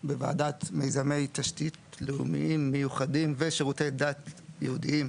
בוועדת מיזמי תשתית לאומיים מיוחדים ושירותי דת יהודיים,